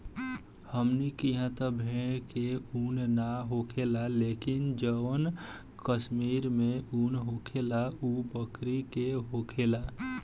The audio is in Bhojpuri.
हमनी किहा त भेड़ के उन ना होखेला लेकिन जवन कश्मीर में उन होखेला उ बकरी के होखेला